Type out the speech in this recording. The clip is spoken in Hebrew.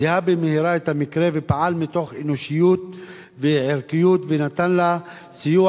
זיהה במהרה את המקרה ופעל מתוך אנושיות וערכיות ונתן לה סיוע